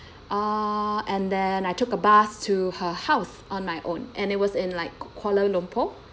uh and then I took a bus to her house on my own and it was in like kuala lumpur